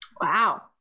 Wow